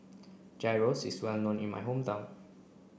Gyros is well known in my hometown